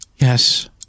Yes